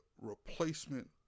replacement